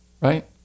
right